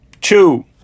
two